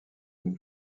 une